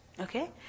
Okay